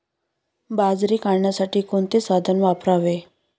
बाजरी काढण्यासाठी कोणते साधन वापरावे?